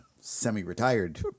semi-retired